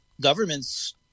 governments